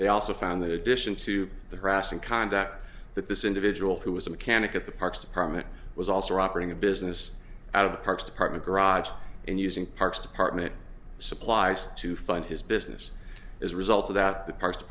they also found that addition to the harassing conduct that this individual who was a mechanic at the parks department was also operating a business out of the parks department garage and using parks department supplies to fund his business as a result of that